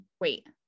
wait